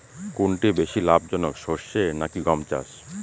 কোনটি বেশি লাভজনক সরষে নাকি গম চাষ?